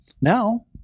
Now